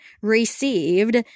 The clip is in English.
received